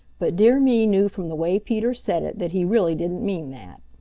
but dear me knew from the way peter said it that he really didn't mean that.